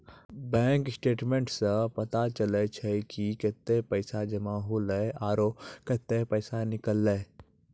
bank statements सें पता चलै छै कि कतै पैसा जमा हौले आरो कतै पैसा निकललै